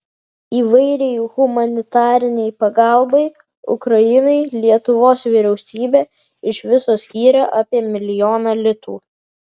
įvairiai humanitarinei pagalbai ukrainai lietuvos vyriausybė iš viso skyrė apie milijoną litų